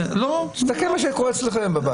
בסדר, לא --- תסתכל על מה שקורה אצלכם בבית.